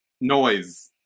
noise